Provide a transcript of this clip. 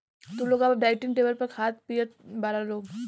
तू लोग अब डाइनिंग टेबल पर खात पियत बारा लोग